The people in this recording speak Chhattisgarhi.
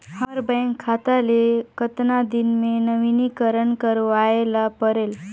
हमर बैंक खाता ले कतना दिन मे नवीनीकरण करवाय ला परेल?